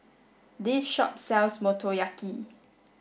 this shop sells Motoyaki